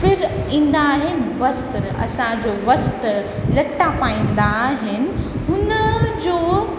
फिर ईंदा आहिनि वस्त्र असांजो वस्त्र लटा पाईंदा आहिनि हुनजो